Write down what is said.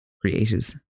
creators